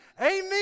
amen